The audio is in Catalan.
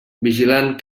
vigilant